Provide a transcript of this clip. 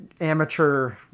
amateur